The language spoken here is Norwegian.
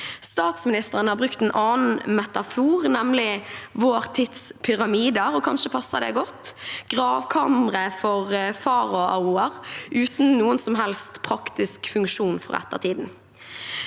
Statsministeren har brukt en annen metafor, nemlig vår tids pyramider, og kanskje passer det godt – gravkamre for faraoer, uten noen som helst praktisk funksjon for ettertiden.